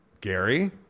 Gary